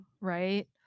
right